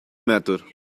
matter